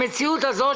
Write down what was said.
המציאות הזאת,